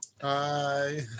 Hi